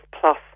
Plus